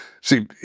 See